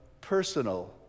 personal